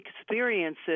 experiences